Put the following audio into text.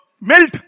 melt